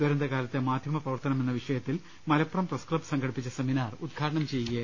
ദുരന്തകാലത്തെ മാധ്യമ പ്രവർത്തനം എന്ന വിഷയത്തിൽ മലപ്പുറം പ്രസ് ക്ലബ്ബ് സംഘടിപ്പിച്ച സെമിനാർ ഉദ്ഘാടനം ചെയ്യുകയായിരുന്നു അദ്ദേഹം